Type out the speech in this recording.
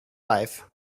life